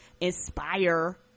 inspire